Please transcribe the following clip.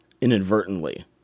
inadvertently